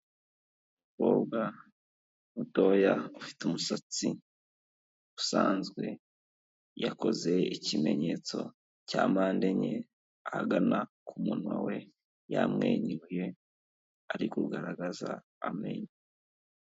Umukobwa mutoya ufite umusatsi usanzwe yakoze ikimenyetso cya mande enye ahagana ku munwa we yamwenyuye ari kugaragaza amenyo.